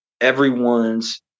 everyone's